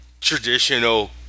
traditional